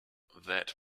that